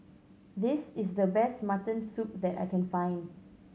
this is the best mutton soup that I can find